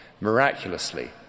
Miraculously